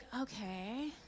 okay